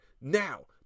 Now